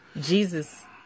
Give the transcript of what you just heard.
Jesus